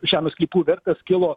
žemės sklypų vertės kilo